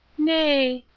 nay,